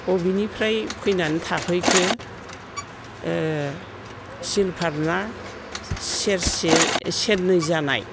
बबेनिफ्राय फैनानै थाफैखो सिलभार ना सेरसे सेरनै जानाय